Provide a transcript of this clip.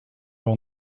will